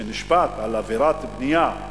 שנשפט על עבירת בנייה,